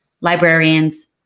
librarians